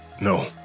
No